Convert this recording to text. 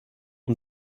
und